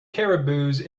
caribous